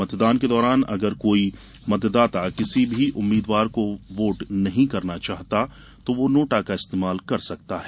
मतदान के दौरान अगर कोई मतदाता किसी भी उम्मीद्वार को वोट नहीं करना चाहता तो वो नोटा का इस्तेमाल कर सकता है